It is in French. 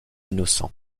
innocents